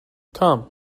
come